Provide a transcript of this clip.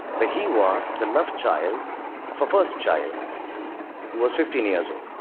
that he was the love child of our first child who was fifteen years old.